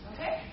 Okay